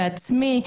בעצמי,